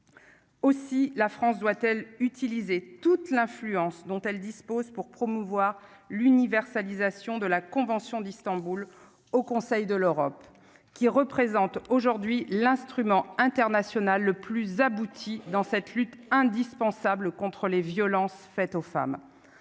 aussi la France doit-elle utiliser toute l'influence dont elle dispose pour promouvoir l'universalisation de la Convention d'Istanbul au Conseil de l'Europe, qui représente aujourd'hui l'instrument international le plus abouti dans cette lutte indispensable contre les violences faites aux femmes,